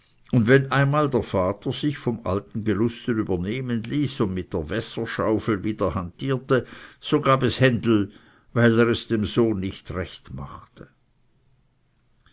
und wenn einmal der vater sich vom alten gelüsten übernehmen ließ und mit der wässerschaufel wieder hantierte so gab es händel weil er es dem sohn nicht recht machte